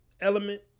element